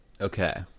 okay